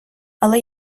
але